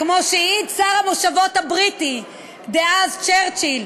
כמו שהעיד שר המושבות הבריטי דאז צ'רצ'יל: